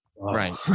Right